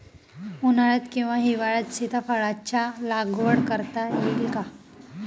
उन्हाळ्यात किंवा हिवाळ्यात सीताफळाच्या लागवड करता येईल का?